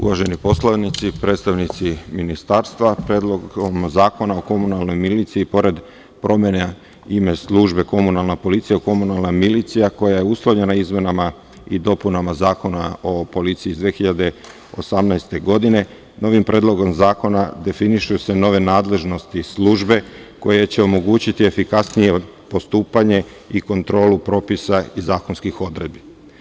Uvaženi poslanici, predstavnici Ministarstva, Predlogom zakona o komunalnoj miliciji, pored promene imena službe komunalna policija u komunalna milicija, koja je uslovljena izmenama i dopunama Zakona o policiji iz 2018. godine, novim predlogom zakona definišu se nove nadležnosti službe koje će omogućiti efikasnije postupanje i kontrolu propisa i zakonskih odredbi.